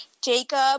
Jacob